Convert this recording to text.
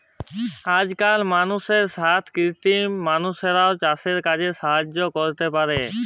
আজকাল মালুষের সাথ কৃত্রিম মালুষরাও চাসের কাজে সাহায্য ক্যরতে পারে